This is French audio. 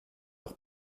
leur